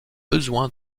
besoin